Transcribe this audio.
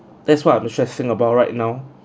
that's what I'm stressing about right now